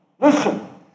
Listen